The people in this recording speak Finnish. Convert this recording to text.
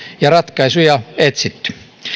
ja ratkaisuja etsitty